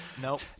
Nope